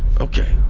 Okay